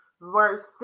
verse